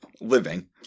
Living